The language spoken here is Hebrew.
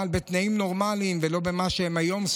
אבל בתנאים נורמליים ולא במה שקיים היום,